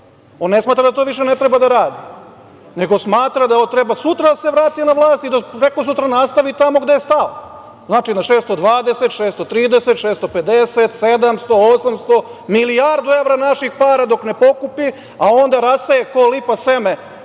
On ne smatra da to više ne treba da radi, nego smatra da treba sutra da se vrati na vlast i da prekosutra nastavi tamo gde je stao. Znači, na 620, 630, 650, 700, 800, milijardu evra naših para dok ne pokupi, a onda raseje ko lipa seme